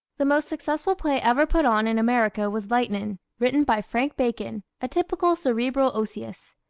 the most successful play ever put on in america was lightnin', written by frank bacon, a typical cerebral-osseous.